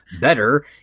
better